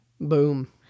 Boom